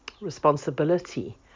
responsibility